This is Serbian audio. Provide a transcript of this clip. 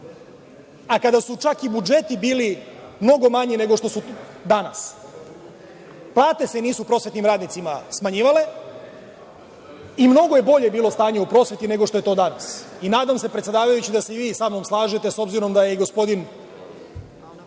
a kada su čak i budžeti bili mnogo manji nego što su danas. Plate se nisu prosvetnim radnicima smanjivale i mnogo je bolje bilo stanje u prosveti nego što je to danas. Nadam se, predsedavajući, da se i vi sa mnom slažete, s obzirom da je i gospodin